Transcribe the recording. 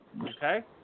Okay